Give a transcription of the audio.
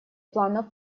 планов